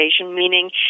meaning